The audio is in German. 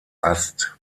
ast